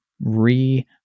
re